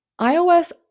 iOS